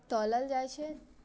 तरल जाइत छै